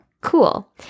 Cool